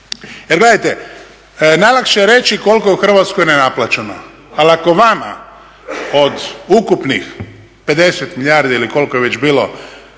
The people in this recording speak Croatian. Jer gledajte najlakše je reći koliko je u Hrvatskoj nenaplaćeno, ali ako vama od ukupnih 50 milijardi ili koliko je već bilo